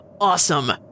awesome